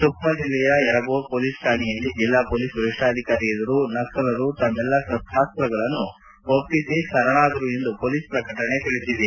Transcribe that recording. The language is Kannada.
ಸುಕ್ಕ ಜಿಲ್ಲೆಯ ಎರಾಬೋರ್ ಮೊಲೀಸ್ ಠಾಣೆಯಲ್ಲಿ ಜಿಲ್ಲಾ ಮೊಲೀಸ್ ವರಿಷ್ಠಾಧಿಕಾರಿ ಎದುರು ನಕ್ಲಲರು ತಮ್ಮೆಲ್ಲಾ ಶಸ್ತಾಸ್ತಗಳನ್ನು ಒಪ್ಪಿಸಿ ಶರಣಾದರು ಎಂದು ಮೊಲೀಸ್ ಪ್ರಕಟಣೆ ತಿಳಿಸಿದೆ